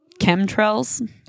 chemtrails